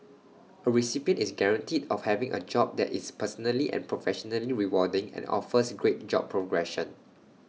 A recipient is guaranteed of having A job that is personally and professionally rewarding and offers great job progression